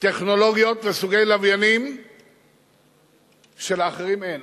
טכנולוגיות וסוגי לוויינים שלאחרים אין,